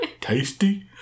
Tasty